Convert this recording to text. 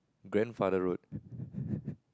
grandfather road